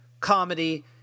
comedy